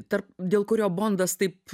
tarp dėl kurio bondas taip